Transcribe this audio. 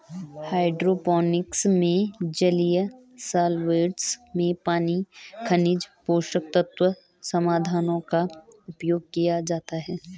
hydroponics में जलीय solvents में पानी खनिज पोषक तत्व समाधानों का उपयोग किया जाता है